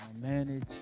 manage